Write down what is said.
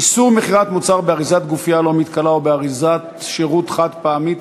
איסור מכירת מוצר באריזת גופייה לא מתכלה או באריזת שירות חד-פעמית),